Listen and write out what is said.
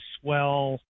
swell